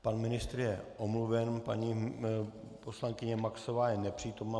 Pan ministr je omluven, paní poslankyně Maxová je nepřítomna.